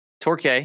Torque